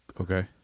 Okay